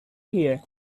here